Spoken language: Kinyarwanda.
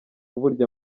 burya